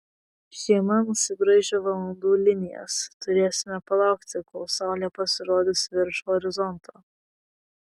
žiemą nusibraižę valandų linijas turėsime palaukti kol saulė pasirodys virš horizonto